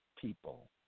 people